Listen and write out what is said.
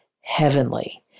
heavenly